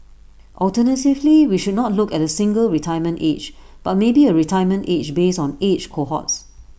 alternatively we should not look at A single retirement age but maybe A retirement age based on age cohorts